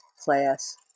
class